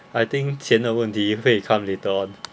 I think 钱的问题会 come later on